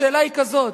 השאלה היא כזאת,